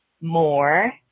more